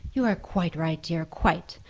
you are quite right, dear, quite.